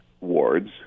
wards